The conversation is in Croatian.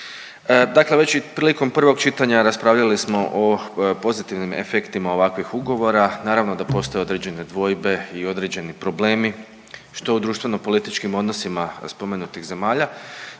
Dakle, već i prilikom prvog čitanja raspravljali smo o pozitivnim efektima ovakvih ugovora. Naravno da postoje određene dvojbe i određeni problemi što u društveno-političkim odnosima spomenutih zemalja.